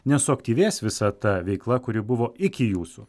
nesuaktyvės visa ta veikla kuri buvo iki jūsų